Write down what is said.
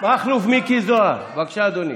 מכלוף מיקי זוהר, בבקשה, אדוני.